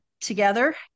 together